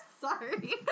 sorry